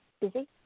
busy